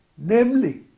namely,